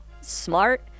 smart